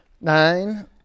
nine